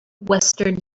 western